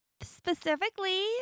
specifically